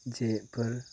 जेफोर